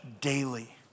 daily